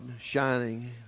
shining